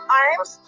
arms